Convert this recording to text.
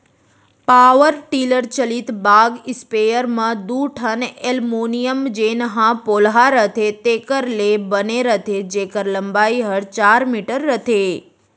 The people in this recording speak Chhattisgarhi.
पॉवर टिलर चलित बाग स्पेयर म दू ठन एलमोनियम जेन ह पोलहा रथे तेकर ले बने रथे जेकर लंबाई हर चार मीटर रथे